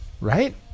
right